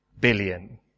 billion